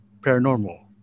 paranormal